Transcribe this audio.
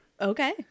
Okay